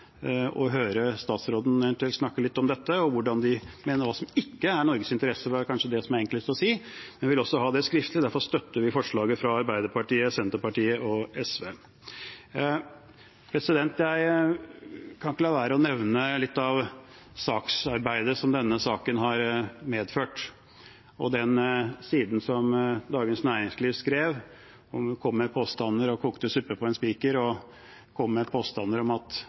å høre utenriksministeren eventuelt snakke litt om dette og hva de mener ikke er Norges interesser, for det er kanskje det som er enklest å si. Men vi vil også ha det skriftlig, og derfor støtter vi forslaget fra Arbeiderpartiet, Senterpartiet og SV. Jeg kan ikke la være å nevne litt av saksarbeidet som denne saken har medført, og den siden som Dagens Næringsliv skrev, hvor en kokte suppe på en spiker og kom med påstander om at